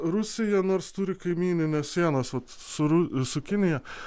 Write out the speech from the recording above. rusija nors turi kaimynines sienas vat sūru su kinija